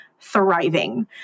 thriving